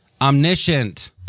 Omniscient